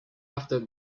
after